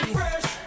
fresh